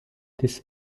this